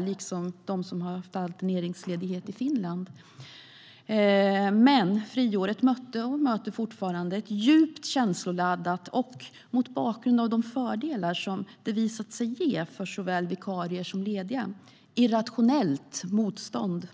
Det gäller även de som haft alterneringsledighet i Finland. Men friåret mötte och möter fortfarande ett djupt känsloladdat och mot bakgrund av de fördelar som det har visat sig ge, för såväl vikarier som lediga, irrationellt motstånd.